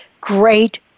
great